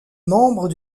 membres